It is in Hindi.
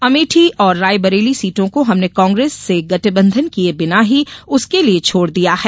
अमेठी और रायबरेली सीटों को हमने कांग्रेस से गठबंधन किए बिना ही उसके लिए छोड़ दिया है